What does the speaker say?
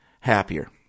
happier